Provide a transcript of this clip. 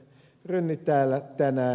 rönni täällä tänään